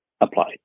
applied